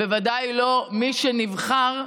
בוודאי לא מי שנבחר,